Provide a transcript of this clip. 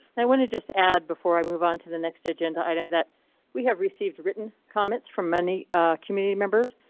i want to just add before i move on to the next agenda item that we have received written comments from many community members,